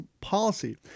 policy